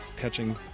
Catching